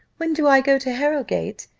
when do i go to harrowgate?